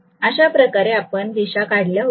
अशाप्रकारे आपण दिशा काढल्या होत्या